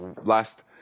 last